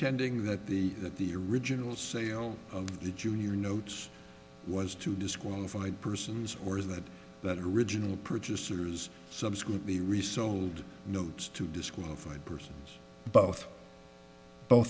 contending that the that the original sale of the jr notes was to disqualify persons or that that original purchasers subsequently resold notes to disqualified persons both both